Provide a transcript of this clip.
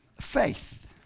Faith